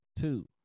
two